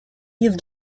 you’ve